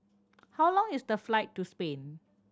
how long is the flight to Spain